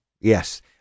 Yes